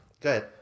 good